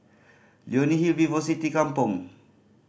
Leonie Hill VivoCity Kampong